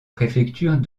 préfectures